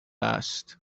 است